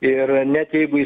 ir net jeigu jis